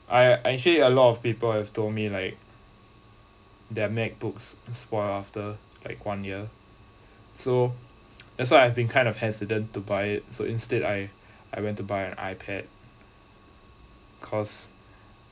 I I hear a lot of people have told me like their macbooks spoil after like one year so that's why I've been kind of hesitant to buy it so instead I I went to buy an ipad cause